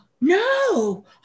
no